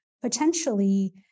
potentially